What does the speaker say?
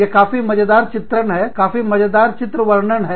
यह काफी मजेदार चित्रण है काफी मजेदार चित्र वर्णन है